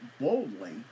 boldly